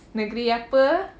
negeri apa